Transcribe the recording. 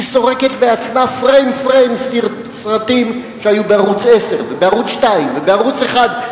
היא סורקת בעצמה פריים-פריים סרטים שהיו בערוץ-10 ובערוץ-2 ובערוץ-1,